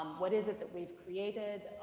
what is it that we've created?